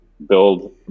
build